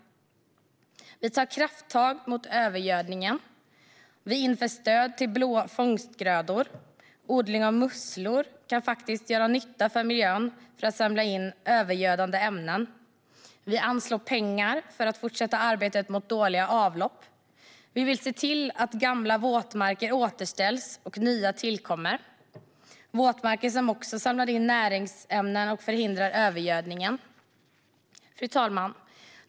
Vi tar krafttag mot övergödningen. Vi inför stöd till blå fångstgrödor. Odling av musslor kan faktiskt göra nytta för miljön för att samla in övergödande ämnen. Vi anslår pengar för att fortsätta arbetet mot dåliga avlopp. Vi vill se till att gamla våtmarker återställs och nya tillkommer - våtmarker som också samlar in näringsämnen och förhindrar övergödning. Fru talman!